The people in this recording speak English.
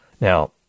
Now